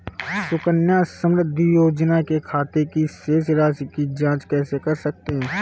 सुकन्या समृद्धि योजना के खाते की शेष राशि की जाँच कैसे कर सकते हैं?